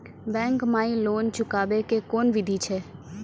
Bank माई loan चुकाबे के कोन बिधि छै?